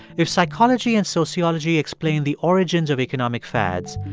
if psychology and sociology explain the origins of economic fads,